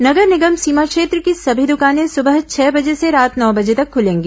नगर निगम सीमा क्षेत्र की सभी दुकानें सुबह छह बजे से रात नौ बजे तक खुलेंगी